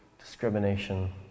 discrimination